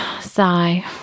sigh